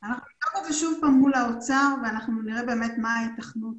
אנחנו נבדוק את זה שוב מול האוצר ונראה מה ההיתכנות